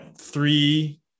three